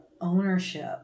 ownership